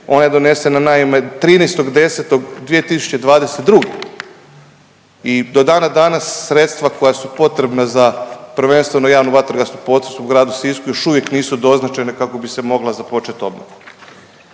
ona je donesena naime 13.10.2022. i do dana danas sredstva koja su potrebna za prvenstveno jedan vatrogasni potez u gradu Sisku još uvijek nisu doznačene kako bi se mogla započet obnova.